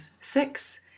six